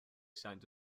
signed